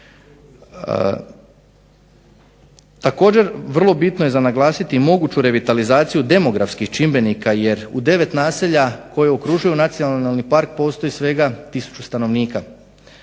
Također vrlo bitno je naglasiti moguću revitalizaciju demografskih čimbenika jer u 9 naselja koje okružuju nacionalni park postoji svega 1000 stanovnika.